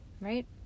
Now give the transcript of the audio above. right